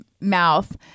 mouth